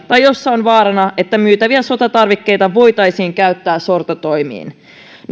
tai joissa on vaarana että myytäviä sotatarvikkeita voitaisiin käyttää sortotoimiin